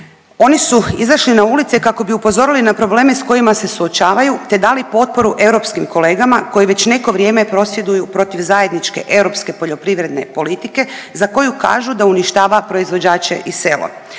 Oni su izašli na ulice kako bi upozorili na probleme s kojima se suočavaju te dali potporu europskim kolegama koje već neko vrijeme prosvjeduju protiv zajedničke europske poljoprivredne politike za koju kažu da uništava proizvođače i selo.